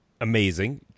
amazing